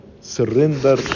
surrender